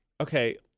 Okay